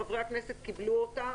חברי הכנסת קיבלו אותה.